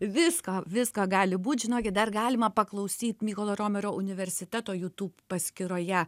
viską viską gali būt žinokit dar galima paklausyt mykolo romerio universiteto jutub paskyroje